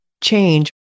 change